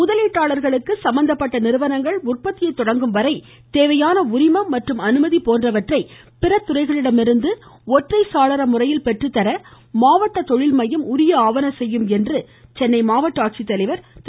முதலீட்டாளர்களுக்கு சம்பந்தப்பட்ட நிறுவனங்கள் உற்பத்தியை தொடங்கும் வரை தேவையான உரிமம் மற்றும் அனுமதி போன்றவற்றை பிற துறைகளிடமிருந்து ஒற்றைச்சாளர முறையில் பெற்றுத்தர மாவட்ட தொழில் மையம் ஆவன செய்யும் என்று சென்னை மாவட்ட ஆட்சித்தலைவர் திரு